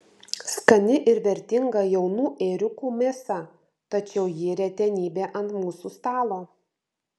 skani ir vertinga jaunų ėriukų mėsa tačiau ji retenybė ant mūsų stalo